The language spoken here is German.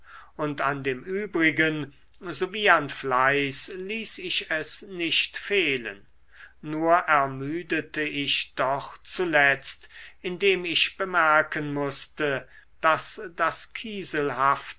und an dem übrigen sowie an fleiß ließ ich es nicht fehlen nur ermüdete ich doch zuletzt indem ich bemerken mußte daß das